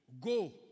go